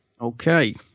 Okay